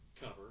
cover